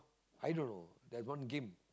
i don't know there's one game